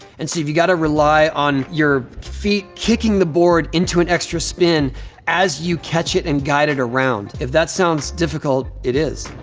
and so you've gotta rely on your feet kicking the board into an extra spin as you catch it and guide it around. if that sounds difficult, it is.